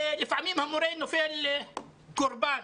לפעמים המורה נופל קורבן